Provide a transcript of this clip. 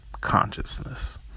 Consciousness